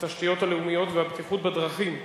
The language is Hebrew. התשתיות הלאומיות והבטיחות בדרכים,